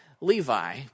Levi